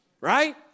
right